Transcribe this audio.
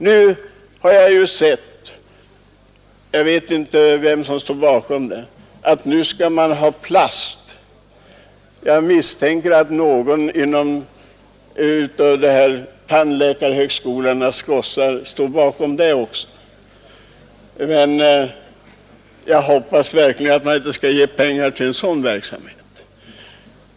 Nu har jag sett — jag vet inte vem som står bakom det — att man skall plastbehandla tänderna. Jag misstänker att någon av tandläkarhögskolornas gossar står bakom det också. Men jag hoppas verkligen att man inte skall ge pengar till en sådan verksamhet.